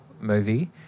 movie